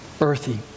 earthy